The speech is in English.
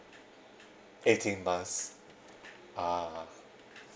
eighteen months ah